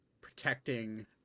Protecting